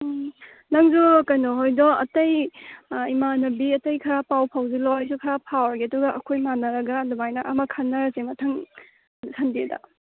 ꯎꯝ ꯅꯪꯁꯨ ꯀꯩꯅꯣ ꯍꯣꯏꯗꯣ ꯑꯇꯩ ꯏꯃꯥꯟꯅꯕꯤ ꯑꯇꯩ ꯈꯔ ꯄꯥꯎ ꯐꯥꯎꯖꯤꯜꯂꯣ ꯑꯩꯛꯁꯨ ꯈꯔ ꯐꯥꯎꯔꯒꯦ ꯑꯗꯨꯒ ꯑꯩꯈꯣꯏ ꯃꯥꯟꯅꯔꯒ ꯑꯗꯨꯃꯥꯏꯅ ꯑꯃ ꯈꯟꯅꯔꯁꯦ ꯃꯊꯪ ꯁꯟꯗꯦꯗ